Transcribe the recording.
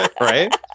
Right